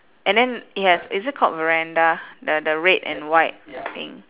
and then it has is it called the the red and white thing